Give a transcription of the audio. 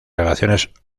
relaciones